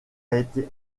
été